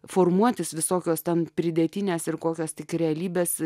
formuotis visokios tam pridėtines ir kokios tik realybės